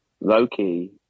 Loki